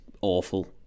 awful